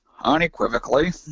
unequivocally